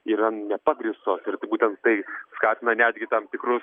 yra nepagrįstos ir tai būtent tai skatina netgi tam tikrus